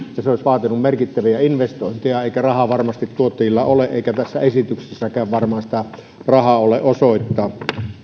se olisi vaatinut merkittäviä investointeja eikä rahaa varmasti tuottajilla ole eikä tässä esityksessäkään varmaan sitä rahaa ole osoittaa